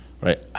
Right